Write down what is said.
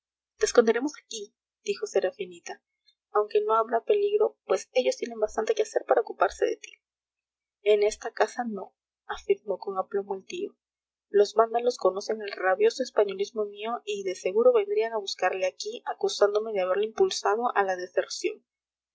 esconderemos aquí dijo serafinita aunque no habrá peligro pues ellos tienen bastante que hacer para ocuparse de ti en esta casa no afirmó con aplomo el tío los vándalos conocen el rabioso españolismo mío y de seguro vendrían a buscarle aquí acusándome de haberle impulsado a la deserción